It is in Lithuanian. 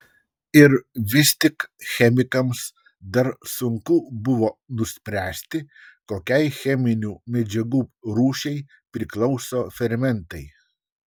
ir vis tik chemikams dar sunku buvo nuspręsti kokiai cheminių medžiagų rūšiai priklauso fermentai